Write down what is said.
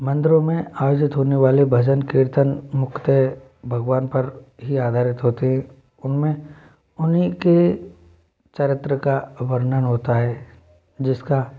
मंदिरों में आयोजित होने वाले भजन कीर्तन मुख्यतः भगवान पर ही आधारित होती है उनमें उन्हीं के चरित्र का वर्णन होता है जिसका